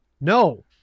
No